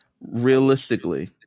realistically